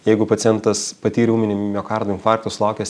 jeigu pacientas patyrė ūminį miokardo infarktą sulaukęs